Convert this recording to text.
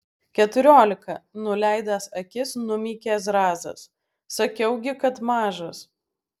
keturiolika nuleidęs akis numykė zrazas sakiau gi kad mažas